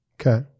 Okay